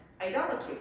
idolatry